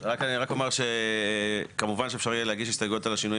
כמובן שאפשר יהיה להגיש הסתייגויות על השינויים